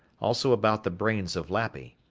also about the brains of lappy.